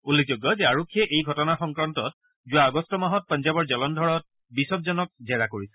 উল্লেখযোগ্য যে আৰক্ষীয়ে এই ঘটনাৰ সংক্ৰান্তত যোৱা আগষ্ট মাহত পঞ্জাৱৰ জলধ্বৰত বিছপজনক জেৰা কৰা হৈছিল